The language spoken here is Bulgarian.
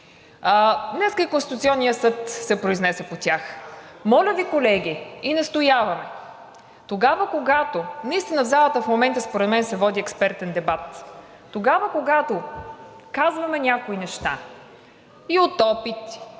Днес Конституционният съд се произнесе по тях. Моля Ви, колеги, и настоявам тогава, когато наистина в залата в момента според мен се води експертен дебат. Тогава, когато казваме някои неща и от опит,